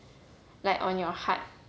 like on your heart